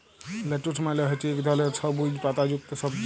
lettuce মালে হছে ইক ধরলের সবুইজ পাতা যুক্ত সবজি